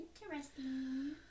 Interesting